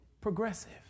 progressive